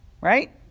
right